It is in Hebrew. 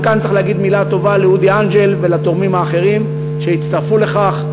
גם כאן צריך להגיד מילה טובה לאודי אנג'ל ולתורמים האחרים שהצטרפו לכך,